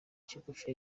kigufi